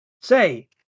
Say